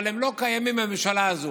אבל הם לא קיימים בממשלה הזו.